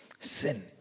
Sin